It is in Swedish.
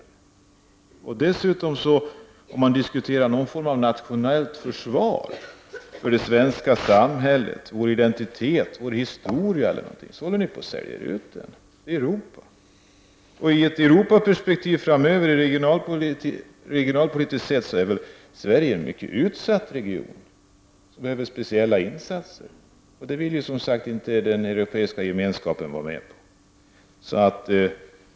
Regeringen håller dessutom på att sälja ut vår identitet och vår historia till det övriga Europa, om man ser till det nationella försvaret för det svenska samhället. I ett längre Europaperspektiv är Sverige regionalpolitiskt sett en mycket utsatt region, som är i behov av speciella insatser, men det vill inte den europeiska gemenskapen gå med på.